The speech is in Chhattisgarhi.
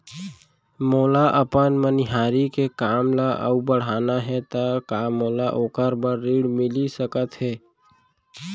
मोला अपन मनिहारी के काम ला अऊ बढ़ाना हे त का मोला ओखर बर ऋण मिलिस सकत हे?